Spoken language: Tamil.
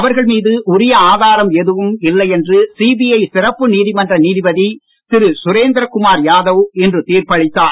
அவர்கள்மீது உரிய ஆதாரம் எதுவும் இல்லையென்று சிபிஐ சிறப்பு நீதிமன்ற நீதிபதி திரு சுரேந்திர குமார் யாதவ் இன்று தீர்ப்பளித்தார்